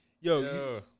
Yo